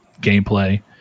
gameplay